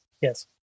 Yes